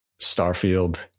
Starfield